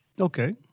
Okay